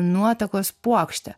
nuotakos puokštė